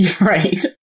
Right